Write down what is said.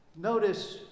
notice